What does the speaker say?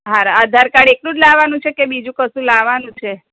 હા આધાર કાર્ડ એકલું જ લાવવાનું છે કે બીજું કશું લાવવાનું છે